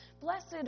Blessed